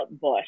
Bush